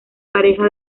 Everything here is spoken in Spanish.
pareja